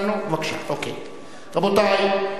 רבותי,